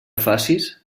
facis